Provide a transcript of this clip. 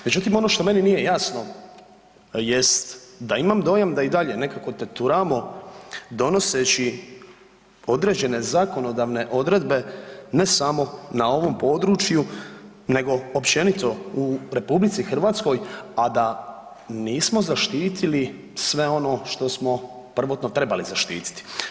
Međutim, ono što meni nije jasno jest da imam dojam da i dalje nekako teturamo donoseći određene zakonodavne odredbe ne samo na ovom području nego općenito u RH, a da nismo zaštitili sve ono što smo prvotno trebalo zaštititi.